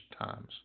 times